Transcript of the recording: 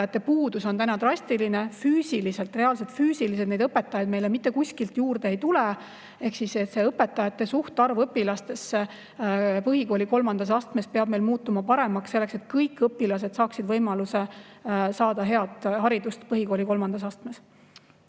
põhikooli kolmandas astmes peab muutuma paremaks, selleks et kõigil õpilastel oleks võimalus saada head haridust põhikooli kolmandas astmes.